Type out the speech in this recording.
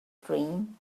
dream